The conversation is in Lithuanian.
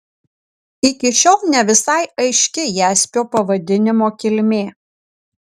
iki šiol ne visai aiški jaspio pavadinimo kilmė